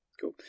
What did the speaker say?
Cool